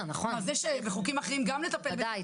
בוודאי,